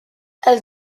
elle